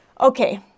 okay